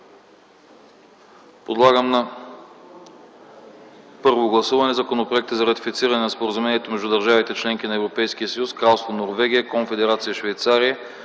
Подлагам на първо гласуване Законопроекта за ратифициране на Споразумение между държавите – членки на Европейския съюз, Кралство Норвегия, Конфедерация Швейцария,